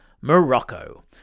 Morocco